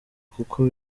kuko